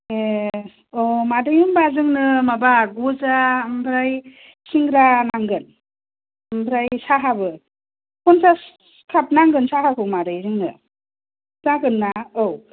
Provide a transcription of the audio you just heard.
ए अ मादै होनबा जोंनो माबा गजा ओमफ्राय सिंग्रा नांगोन ओमफ्राय साहाबो पन्सास काप नांगोन साहाखौ मादै जोंनो जागोन ना औ